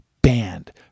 banned